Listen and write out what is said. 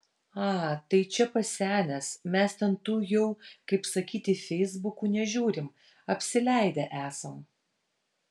a tai čia pasenęs mes ten tų jau kaip sakyti feisbukų nežiūrim apsileidę esam